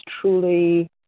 truly